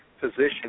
position